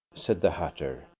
said the hatter,